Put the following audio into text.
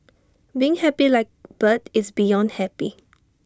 being happy like bird is beyond happy